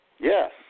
Yes